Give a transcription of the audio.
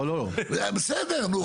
בסדר, נו.